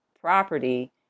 property